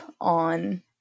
on